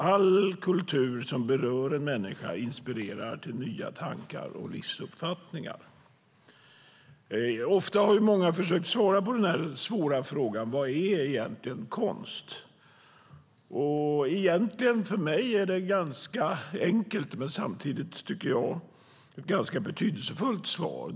All kultur som berör en människa inspirerar till nya tankar och livsuppfattningar. Många har försökt svara på den svåra frågan: Vad är egentligen konst? För mig är det ett ganska enkelt men samtidigt ganska betydelsefullt svar.